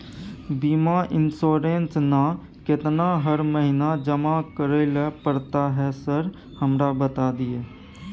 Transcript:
बीमा इन्सुरेंस ना केतना हर महीना जमा करैले पड़ता है सर हमरा बता दिय?